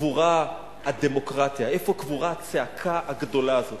קבורה הדמוקרטיה, איפה קבורה הצעקה הגדולה הזאת.